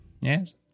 Yes